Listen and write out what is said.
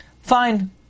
Fine